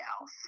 else